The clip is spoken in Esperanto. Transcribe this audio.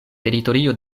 teritorio